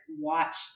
watch